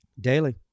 Daily